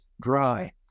dry